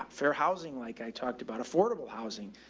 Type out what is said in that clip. um fair housing. like i talked about, affordable housing,